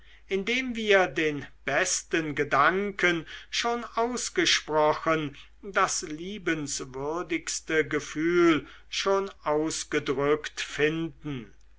indem wir den besten gedanken schon ausgesprochen das liebenswürdigste gefühl schon ausgedrückt finden